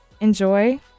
enjoy